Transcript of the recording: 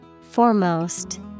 Foremost